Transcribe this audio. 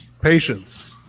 patience